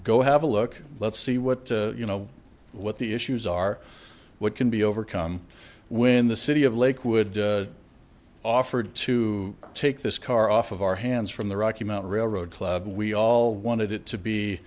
go have a look let's see what you know what the issues are what can be overcome when the city of lakewood offered to take this car off of our hands from the rocky mountain railroad club we all wanted it to be